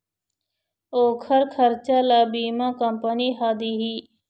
ओखर खरचा ल बीमा कंपनी ह दिही